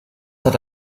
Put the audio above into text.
hat